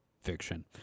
fiction